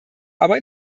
aber